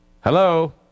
Hello